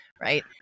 right